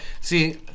See